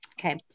Okay